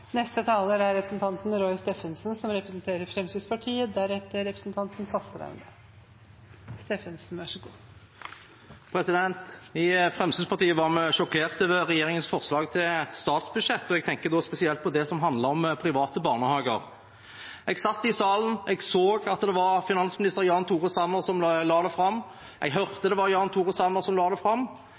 I Fremskrittspartiet var vi sjokkerte over regjeringens forslag til statsbudsjett. Jeg tenker da spesielt på det som handler om private barnehager. Jeg satt i salen, jeg så at det var finansminister Jan Tore Sanner som la det fram, jeg hørte at det var Jan Tore Sanner som la det fram,